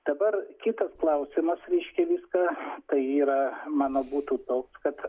dabar kitas klausimas reiškia viską tai yra mano būtų toks kad